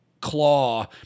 claw